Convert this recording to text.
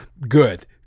Good